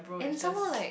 and some more like